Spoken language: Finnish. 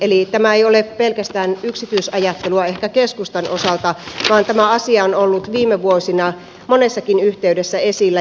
eli tämä ei ole pelkästään yksityisajattelua keskustan osalta vaan tämä asia on ollut viime vuosina monessakin yhteydessä esillä